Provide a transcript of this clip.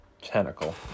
Tentacle